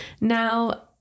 Now